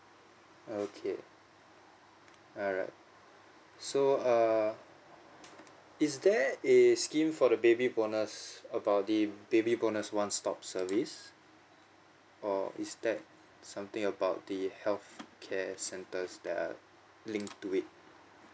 okay alright so err is there a scheme for the baby bonus about the baby bonus one stop service or is that something about the health care centres that are linked to it